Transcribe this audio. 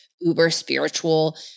uber-spiritual